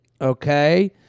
okay